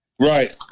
Right